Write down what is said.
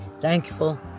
Thankful